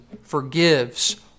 forgives